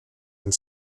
and